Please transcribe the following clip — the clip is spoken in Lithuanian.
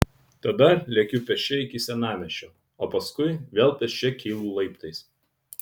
tada lekiu pėsčia iki senamiesčio o paskui vėl pėsčia kylu laiptais